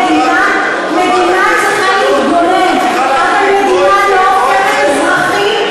מדינה צריכה להתגונן, אבל מדינה לא הופכת אזרחים,